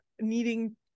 needing